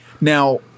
Now-